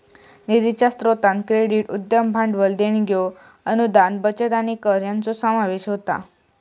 निधीच्या स्रोतांत क्रेडिट, उद्यम भांडवल, देणग्यो, अनुदान, बचत आणि कर यांचो समावेश होता